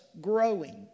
growing